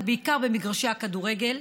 זה בעיקר במגרשי הכדורגל,